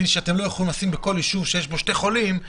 אמר לנו דין שאי אפשר לשים קלפי בכל ישוב עם שני חולים.